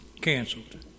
canceled